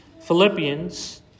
Philippians